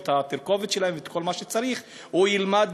את התרכובת שלהן ואת כל מה שצריך הם ילמדו,